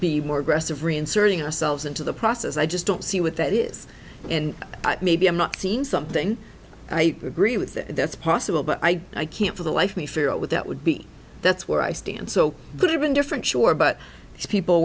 be more aggressive reinserting ourselves into the process i just don't see what that is and maybe i'm not seeing something i agree with that's possible but i i can't for the life of me figure out what that would be that's where i stand so could have been different sure but people